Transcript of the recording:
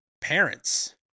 Parents